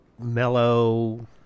mellow